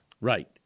Right